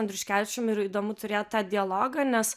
andriuškevičium ir įdomu turėt tą dialogą nes